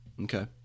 Okay